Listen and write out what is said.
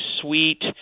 sweet